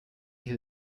who